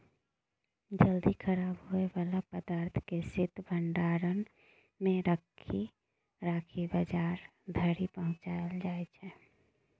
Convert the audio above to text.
जल्दी खराब होइ बला पदार्थ केँ शीत भंडारण मे राखि बजार धरि पहुँचाएल जाइ छै